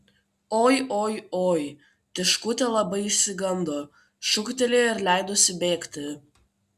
oi oi oi tiškutė labai išsigando šūktelėjo ir leidosi bėgti